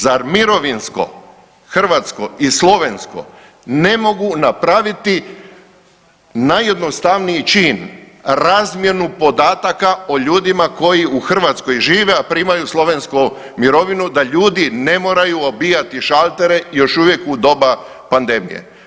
Zar mirovinsko hrvatsko i slovensko ne mogu napraviti najjednostavniji čin razmjenu podataka o ljudima koji u Hrvatskoj žive, a primaju slovensku mirovinu da ljudi ne moraju obijati šaltere još uvijek u doba pandemije.